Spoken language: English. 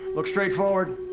look straight forward.